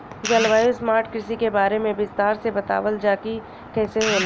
जलवायु स्मार्ट कृषि के बारे में विस्तार से बतावल जाकि कइसे होला?